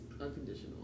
unconditional